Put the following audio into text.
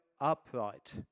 upright